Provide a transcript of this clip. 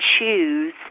choose